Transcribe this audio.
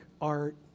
art